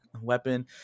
weapon